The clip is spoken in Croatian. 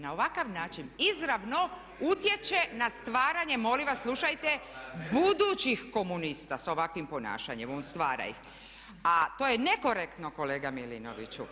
Na ovakav način izravno utječe na stvaranje, molim vas slušajte budućih komunista sa ovakvim ponašanjem … [[Govornica se ne razumije.]] a to je nekorektno kolega Milinoviću.